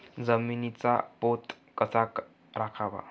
जमिनीचा पोत कसा राखावा?